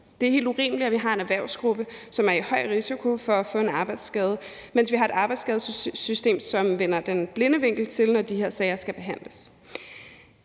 Det er helt urimeligt, at vi har en erhvervsgruppe, som er i høj risiko for at få en arbejdsskade, mens vi har et arbejdsskadesystem, som vender det blinde øje til, når de her sager skal behandles.